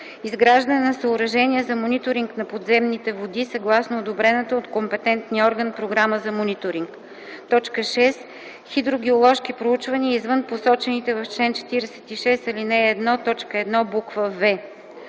изграждане на съоръжения за мониторинг на подземните води съгласно одобрената от компетентния орган програма за мониторинг. 6. хидрогеоложки проучвания, извън посочените в чл. 46, ал. 1, т. 1, буква